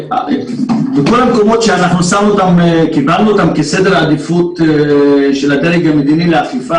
בכל המקומות שקיבלנו כסדר עדיפות של הדרג המדיני לאכיפה